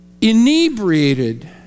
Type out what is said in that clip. inebriated